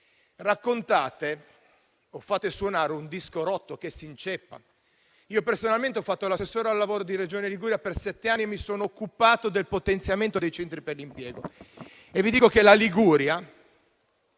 raccontate o fate suonare un disco rotto, che si inceppa. Personalmente ho fatto l'assessore al lavoro di Regione Liguria per sette anni e mi sono occupato del potenziamento dei centri per l'impiego. Vi dico che la Liguria,